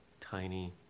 tiny